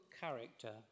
character